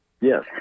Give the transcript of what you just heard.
Yes